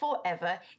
forever